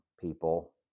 people